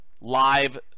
live